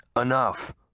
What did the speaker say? Enough